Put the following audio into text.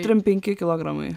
trim penki kilogramai